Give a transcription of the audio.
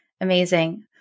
Amazing